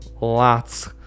lots